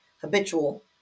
habitual